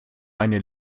eine